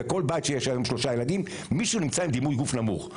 בכל בית שיש בו היום שלושה ילדים מישהו נמצא עם דימוי גוף נמוך.